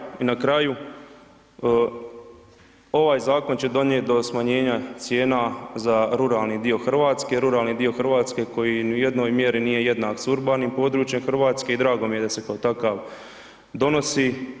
I na kraj, i na kraju ovaj zakon će donijet do smanjenja cijena za ruralni dio Hrvatske, ruralni dio Hrvatske koji ni u jednoj mjeri nije jednak s urbanim područjem Hrvatske i drago mi da se kao takav donosi.